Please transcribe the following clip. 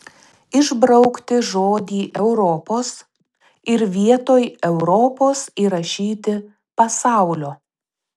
išbraukti žodį europos ir vietoj europos įrašyti pasaulio